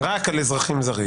רק על אזרחים זרים.